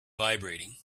vibrating